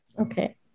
okay